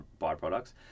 byproducts